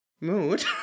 mood